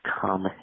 come